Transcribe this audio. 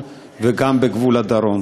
אדוני,